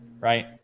Right